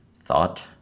thought